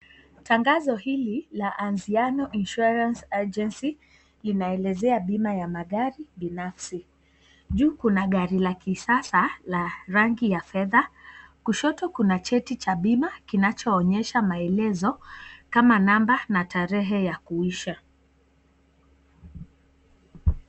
Tangazo hili, la Anziano Insurance Agency, linaelezea bima ya magari binafsi, juu kuna gari la kisasa la rangi ya fedha, kushoto kuna cheti cha bima kinacho onyesha maelezo, kama namba, na tarehe ya kuisha.